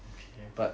okay but